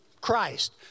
Christ